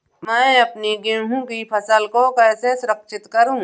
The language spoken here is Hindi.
मैं अपनी गेहूँ की फसल को कैसे सुरक्षित करूँ?